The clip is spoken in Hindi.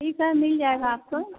ठीक है मिल जाएगा आपको